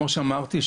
כמו שאמרתי,